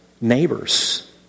neighbors